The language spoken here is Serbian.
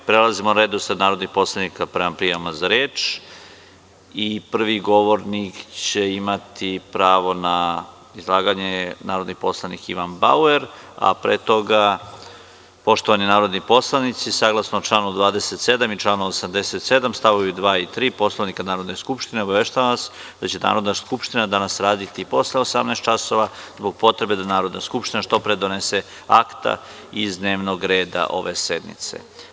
Prelazimo na redosled narodnih poslanika prema prijava za reč i prvi govornik koji će imati pravo na izlaganje je narodni poslanik Ivan Bauer, a pre toga, poštovani narodni poslanici, saglasno članu 27. i članu 87. st. 2. i 3. Poslovnika Narodne skupštine, obaveštavam vas da će Narodna skupština danas raditi i posle 18.00 časova zbog potrebe da Narodna skupština što pre donese akta iz dnevnog reda ove sednice.